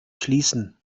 schließen